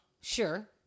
Sure